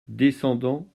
descendant